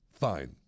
fine